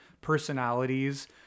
personalities